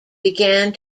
began